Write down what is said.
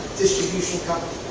distribution company.